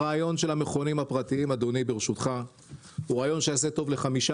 הרעיון של המכונים הפרטיים יעשה טוב לחמישה